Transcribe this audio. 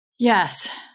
Yes